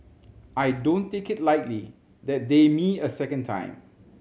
I don't take it lightly that they me a second time